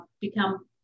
become